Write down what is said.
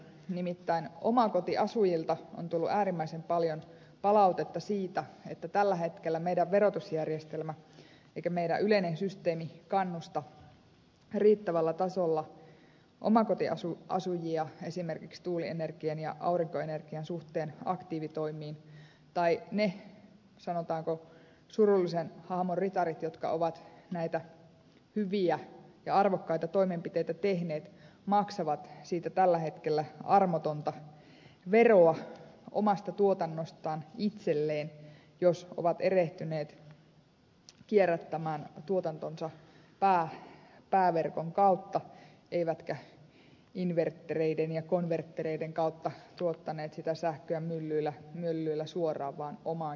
nimittäin omakotiasujilta on tullut äärimmäisen paljon palautetta siitä että tällä hetkellä ei meidän verotusjärjestelmämme eikä meidän yleinen systeemimme kannusta riittävällä tasolla omakotiasujia esimerkiksi tuulienergian ja aurinkoenergian suhteen aktiivitoimiin tai että ne sanotaanko surullisen hahmon ritarit jotka ovat näitä hyviä ja arvokkaita toimenpiteitä tehneet maksavat tällä hetkellä armotonta veroa omasta tuotannostaan itselleen jos ovat erehtyneet kierrättämään tuotantonsa pääverkon kautta eivätkä inverttereiden ja konverttereiden kautta tuottaneet sitä sähköä myllyillä suoraan vaan omaan käyttöönsä